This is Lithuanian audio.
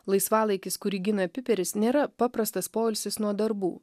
laisvalaikis kurį gina piperis nėra paprastas poilsis nuo darbų